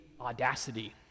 audacity